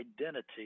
identity